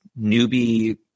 newbie